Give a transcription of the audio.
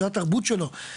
זו התרבות שלו.